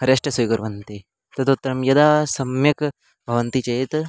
rest स्वीकुर्वन्ति तदुत्तरं यदा सम्यक् भवन्ति चेत्